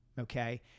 Okay